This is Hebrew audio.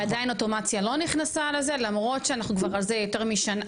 ועדיין אוטומציה לא נכנסה לזה למרות שאנחנו כבר על זה יותר משנה,